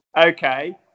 okay